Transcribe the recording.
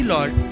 Lord